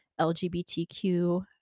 LGBTQ